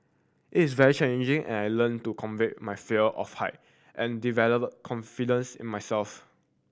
it is very challenging and I learnt to my fear of height and develop confidence in myself